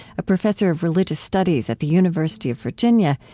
a professor of religious studies at the university of virginia,